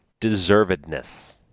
deservedness